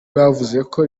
bavuzeko